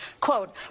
Quote